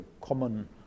common